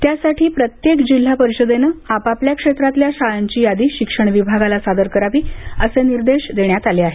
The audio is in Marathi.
त्यासाठी प्रत्येक जिल्हा परिषदेनं आपापल्या क्षेत्रातल्या शाळांची यादी शिक्षण विभागाला सादर करावी असे निर्देश देण्यात आले आहेत